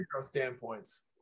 standpoints